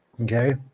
Okay